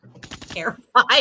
terrified